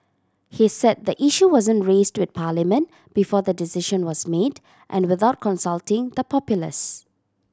he said the issue wasn't raised with Parliament before the decision was made and without consulting the populace